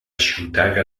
ĉiutaga